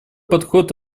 подход